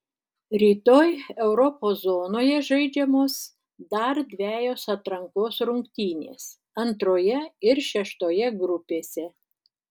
rytoj europos zonoje žaidžiamos dar dvejos atrankos rungtynės antroje ir šeštoje grupėse